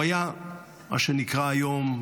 הוא היה מה שנקרא היום,